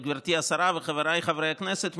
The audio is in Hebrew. גברתי השרה וחבריי חברי הכנסת,